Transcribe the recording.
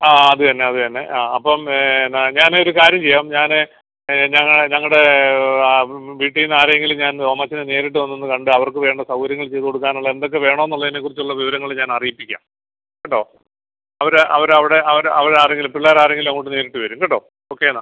ആ അത് തന്നെ അത് തന്നെ ആ അപ്പം എന്നാൽ ഞാനൊര് കാര്യം ചെയ്യാം ഞാന് ഞങ്ങളുടെ ഞങ്ങളുടെ വീട്ടിൽ നിന്ന് ആരെയെങ്കിലും ഞാൻ തോമാച്ചനെ നേരിട്ട് വന്നൊന്ന് കണ്ട് അവർക്ക് വേണ്ട സൗകര്യങ്ങൾ ചെയ്ത് കൊടുക്കാനുള്ള എന്തൊക്കെ വേണമെന്ന് ഉള്ളതിനെ കുറിച്ചുള്ള വിവരങ്ങള് ഞാൻ അറിയിപ്പിക്കാം കേട്ടൊ അവര് അവരവിടെ അവര് അവരാരെങ്കിലും പിള്ളേരാരെങ്കിലും അങ്ങോട്ട് നേരിട്ട് വരും കേട്ടൊ ഓക്കെ എന്നാൽ